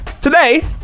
Today